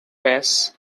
pass